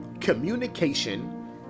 Communication